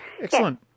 Excellent